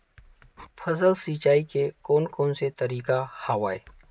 फसल सिंचाई के कोन कोन से तरीका हवय?